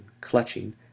clutching